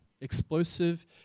explosive